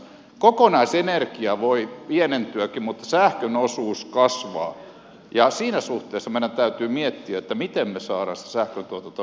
kokonaisenergia voi pienentyäkin mutta sähkön osuus kasvaa ja siinä suhteessa meidän täytyy miettiä miten me saamme sen sähköntuotannon sataprosenttisesti suomeen